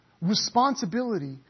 responsibility